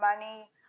money